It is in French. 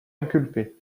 inculpé